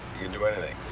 do anything.